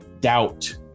doubt